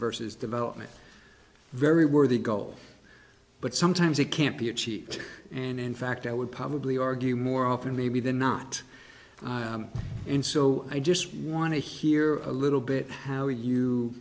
versus development very worthy goal but sometimes it can't be achieved and in fact i would probably argue more often maybe they're not and so i just want to hear a little bit how you